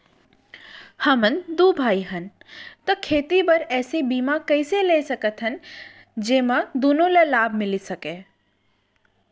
हमन दू भाई हन ता खेती बर ऐसे बीमा कइसे ले सकत हन जेमा दूनो ला लाभ मिलिस सकए?